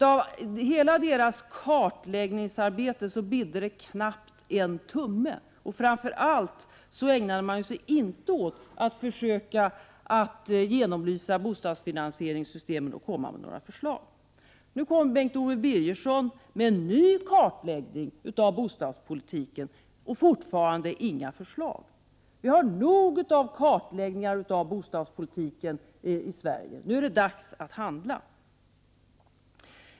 Av hela det kartläggningsarbete som utredningen gjorde bidde det knappt en tumme. Framför allt ägnade man sig inte åt att försöka genomlysa bostadsfinansieringssystemen eller åt att arbeta fram förslag. Nu kommer Bengt Owe Birgersson med en ny kartläggning av bostadspolitiken — men fortfarande utan förslag. Vi har nog av kartläggningar av bostadspolitiken i Sverige. Nu är det dags att handla!